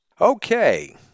Okay